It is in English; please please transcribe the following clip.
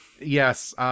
Yes